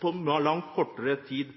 på, kunne vært gjort på langt kortere tid.